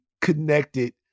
connected